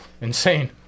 insane